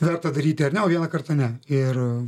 verta daryti ar ne o vieną kartą ne ir